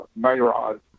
Mayrod